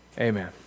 Amen